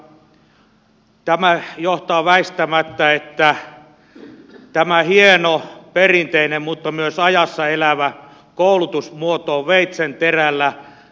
tämä johtaa väistämättä siihen että tämä hieno perinteinen mutta myös ajassa elävä koulutusmuoto on veitsenterällä